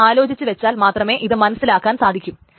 അത് ആലോചിച്ച് വച്ചാൽ മാത്രമെ ഇത് മനസ്സിലാക്കുവാൻ സാധിക്കൂ